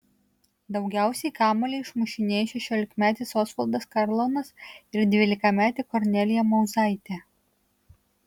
daugiausiai kamuolį išmušinėjo šešiolikmetis osvaldas karlonas ir dvylikametė kornelija mauzaitė